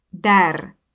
dar